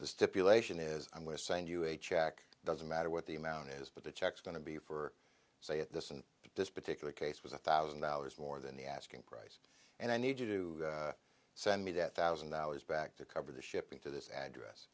the stipulation is i'm going to send you a check doesn't matter what the amount is but the checks going to be for sale at this and this particular case was one thousand dollars more than the asking price and i need to do send me that thousand dollars back to cover the shipping to this address